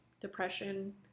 depression